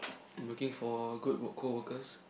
I'm looking for good wo~ co workers